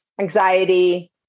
anxiety